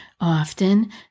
often